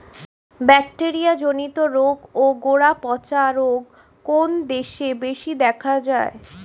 Bacteria জনিত রোগ ও গোড়া পচা রোগ কোন দেশে বেশি দেখা যায়?